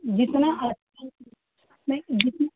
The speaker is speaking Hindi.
जितना अ नहीं जितना